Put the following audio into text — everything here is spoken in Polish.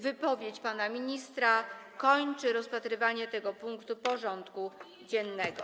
Wypowiedź pana ministra kończy rozpatrywanie tego punktu porządku dziennego.